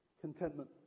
contentment